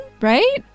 right